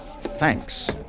Thanks